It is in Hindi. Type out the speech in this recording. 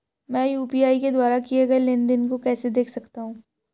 मैं यू.पी.आई के द्वारा किए गए लेनदेन को कैसे देख सकता हूं?